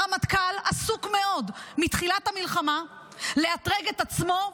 הרמטכ"ל עסוק מאוד מתחילת המלחמה לאתרג את עצמו,